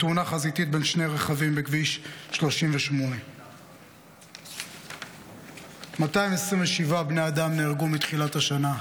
בתאונה חזיתית בין שני רכבים בכביש 38. 227 בני אדם נהרגו מתחילת השנה,